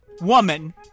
woman